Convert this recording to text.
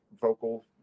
vocal